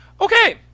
Okay